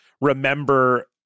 remember